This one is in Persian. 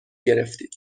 گرفتید